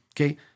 Okay